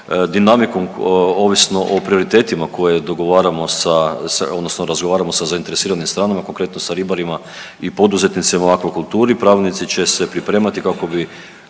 Dinamikom ovisno o prioritetima koje dogovaramo sa odnosno razgovaramo sa zainteresiranim stranama, konkretno sa ribarima i poduzetnicima u akvakulturi pravilnici će se pripremati kako bi